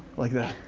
like that.